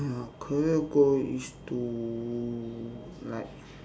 uh career goal is to like